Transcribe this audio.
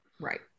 Right